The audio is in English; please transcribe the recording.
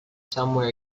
somewhere